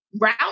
route